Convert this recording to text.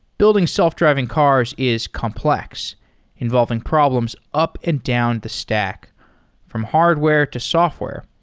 building self-driving cars is complex involving problems up and down the stack from hardware to software,